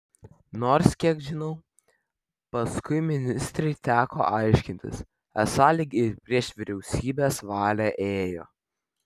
nors kiek žinau paskui ministrei teko aiškintis esą lyg ir prieš vyriausybės valią ėjo